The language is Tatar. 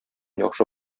яхшы